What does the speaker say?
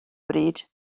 bryd